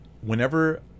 whenever